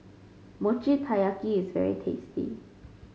Mochi Taiyaki is very tasty